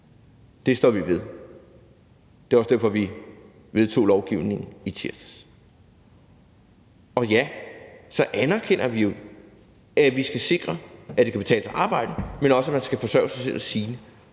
står vi ved. Det er også derfor, vi vedtog lovgivningen i tirsdags. Og ja, så anerkender vi jo, at vi skal sikre, at det kan betale sig at arbejde, men også, at man skal forsørge sig selv og sine,